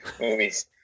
movies